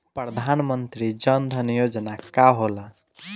प्रधानमंत्री जन धन योजना का होला?